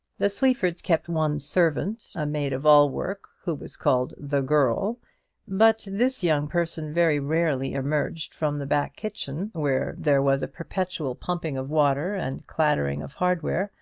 the sleafords kept one servant, a maid-of-all-work, who was called the girl but this young person very rarely emerged from the back kitchen, where there was a perpetual pumping of water and clattering of hardware,